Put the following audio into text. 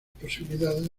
posibilidades